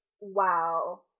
wow